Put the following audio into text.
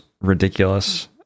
ridiculous